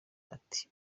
ati